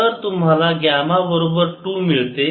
तर तुम्हाला ग्यामा बरोबर 2 मिळते